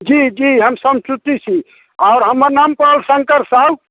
जी जी हम सन्तुष्टि छी आओर हमर नाम पड़ल शङ्कर साहु